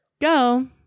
Go